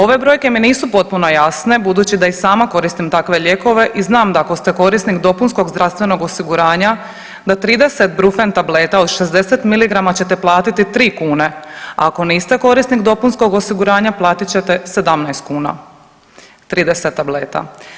Ove brojke mi nisu potpuno jasne budući da i sama koristim takve lijekove i znam da ako ste korisnik dopunskog zdravstvenog osiguranja, da 30 Brufen tableta od 60 mg ćete platiti 3 kune, a ako niste korisnik dopunskog osiguranja, platiti ćete 17 kuna 30 tableta.